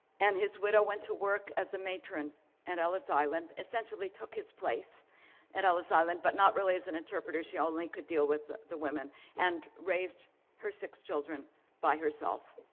and his widow went to work as a matron in and ellis island, essentially took his place at ellis island, but not really as an interpreter. she only could deal with the the women and raised her six children by herself.